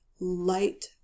light